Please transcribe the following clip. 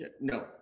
No